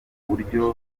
buryo